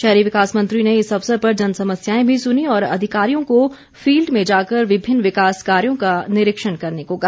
शहरी विकास मंत्री ने इस अवसर पर जनसमस्याएं भी सुनीं और अधिकारियों को फील्ड में जाकर विभिन्न विकास कार्यों का निरीक्षण करने को कहा